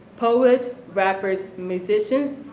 poets, rappers, musicians,